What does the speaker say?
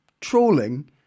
trolling